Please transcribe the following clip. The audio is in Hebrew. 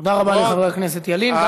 תודה רבה לחבר הכנסת ילין.